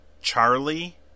Charlie